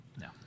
No